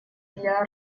для